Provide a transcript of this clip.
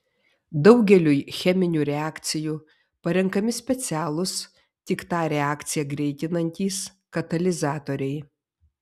daugeliui cheminių reakcijų parenkami specialūs tik tą reakciją greitinantys katalizatoriai